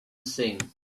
sing